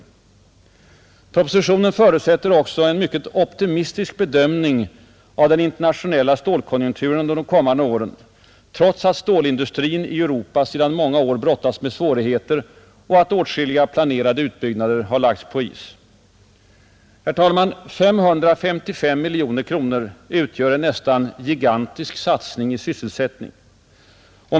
Propositionen förutsätter också en mycket optimistisk bedömning av den internationella stålkonjunkturen under de kommande åren, trots att stålindustrin i Europa sedan många år brottas med svårigheter och att åtskilliga planerade utbyggnader har lagts på is. Herr talman! 555 miljoner kronor utgör en nästan gigantisk satsning i sysselsättning.